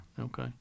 Okay